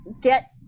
get